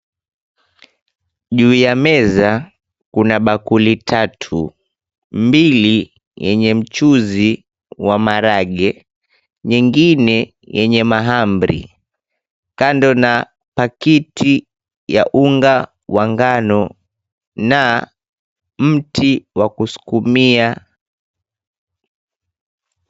Juu ya meza kuna mabakuli matatu, mawili yenye mchuzi wa maharagwe, jingine lenye mahamri kando na pakiti ya unga wa ngano na mti wa kuskumia.